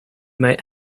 might